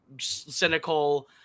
cynical